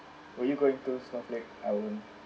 will you going into snorkeling I won't